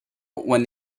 when